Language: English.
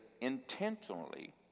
intentionally